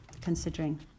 considering